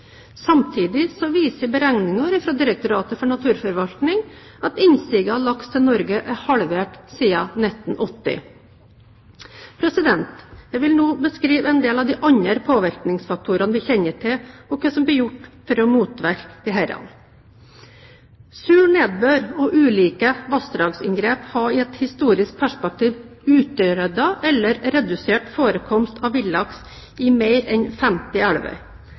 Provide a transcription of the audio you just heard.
Samtidig viser beregninger fra Direktoratet for naturforvaltning at innsiget av laks til Norge er halvert siden 1980. Jeg vil nå beskrive en del av de andre påvirkningsfaktorene vi kjenner til, og hva som blir gjort for å motvirke disse. Sur nedbør og ulike vassdragsinngrep har i et historisk perspektiv utryddet eller redusert forekomst av villaks i mer enn 50 elver.